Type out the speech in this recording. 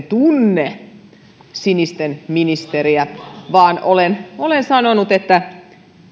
tunne sinisten ministeriä vaan olen olen sanonut että